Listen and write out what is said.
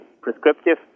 prescriptive